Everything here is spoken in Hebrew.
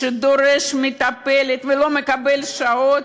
שדורש מטפלת ולא מקבל שעות,